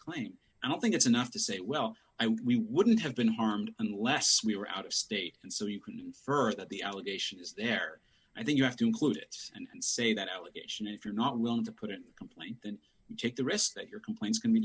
claim i don't think it's enough to say well i would we wouldn't have been harmed unless we were out of state and so you can infer that the allegation is there i think you have to include it and say that allegation and if you're not willing to put in a complaint then you take the risk that your complaints can be